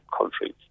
countries